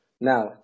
Now